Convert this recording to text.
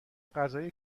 غذای